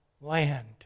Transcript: land